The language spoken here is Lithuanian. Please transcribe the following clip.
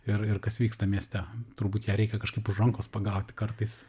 ir ir kas vyksta mieste turbūt ją reikia kažkaip už rankos pagauti kartais